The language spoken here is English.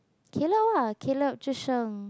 Caleb ah Caleb Zhi-Sheng